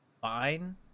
fine